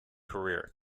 career